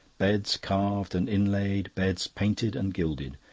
beds carved and inlaid, beds painted and gilded.